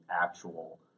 actual